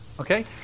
Okay